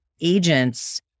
agents